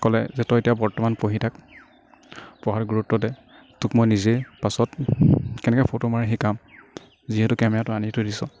ক'লে যে তই এতিয়া বৰ্তমান পঢ়ি থাক পঢ়াত গুৰুত্ব দে তোক মই নিজেই পাছত কেনেকে ফটো মাৰে শিকাম যিহেতু কেমেৰাটো আনি থৈ দিছ